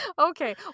Okay